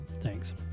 Thanks